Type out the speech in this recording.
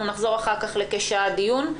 אנחנו נחזור אחר כך לכשעה דיון,